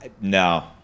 No